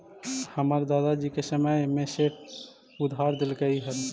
हमर दादा जी के समय में सेठ उधार देलकइ हल